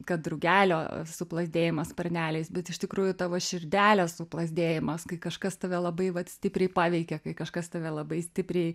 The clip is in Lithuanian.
kad drugelio suplazdėjimas sparneliais bet iš tikrųjų tavo širdelės suplazdėjimas kai kažkas tave labai vat stipriai paveikia kai kažkas tave labai stipriai